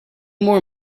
more